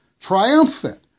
triumphant